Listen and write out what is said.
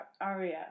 Aria